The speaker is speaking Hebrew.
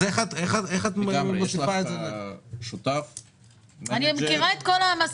אז איך את מוסיפה את זה --- אני מכירה את כל ההעמסות,